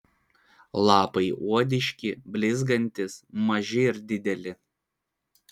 lapai odiški blizgantys maži ir dideli